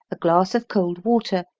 a glass of cold water,